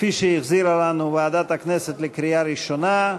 כפי שהחזירה לנו ועדת הכנסת לקריאה ראשונה,